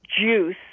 juice